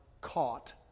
caught